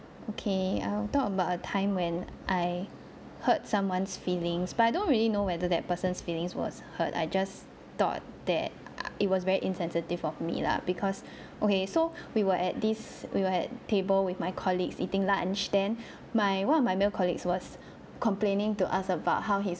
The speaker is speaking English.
okay I'll talk about a time when I hurt someone's feelings but I don't really know whether that person's feelings was hurt I just thought that it was very insensitive of me lah because okay so we were at this we were at table with my colleagues eating lunch then my one of my male colleagues was complaining to us about how his